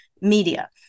media